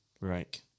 right